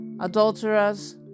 adulterers